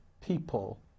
people